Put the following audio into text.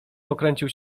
pokręcił